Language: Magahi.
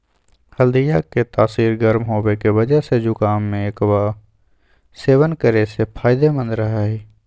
हल्दीया के तासीर गर्म होवे के वजह से जुकाम में एकरा सेवन करे से फायदेमंद रहा हई